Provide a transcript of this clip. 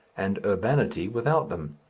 and urbanity without them.